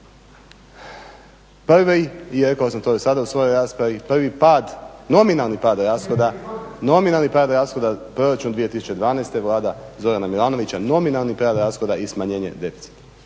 Prvi, i rekao sam to i sada u svojoj raspravi, prvi nominalni pad rashoda Proračun 2012. Vlada Zorana Milanovića, nominalni pad rashoda i smanjenje deficita.